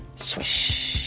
swish.